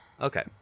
Okay